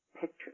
picture